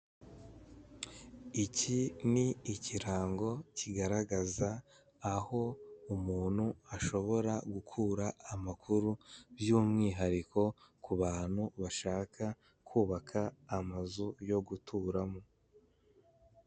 Iki ni ikirango kigaragaza aho umuntu ashobora gukura amakuru by'umwihariko kubantu bashaka kubaka amazu yo guturamo.